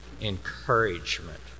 encouragement